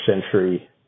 century